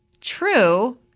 True